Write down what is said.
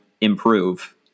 improve